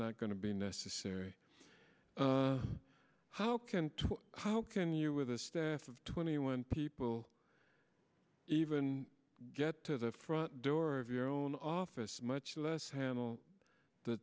not going to be necessary how can how can you with a staff of twenty one people even get to the front door of your own office much less handle the